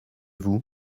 vous